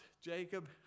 Jacob